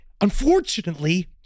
unfortunately